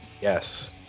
Yes